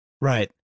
Right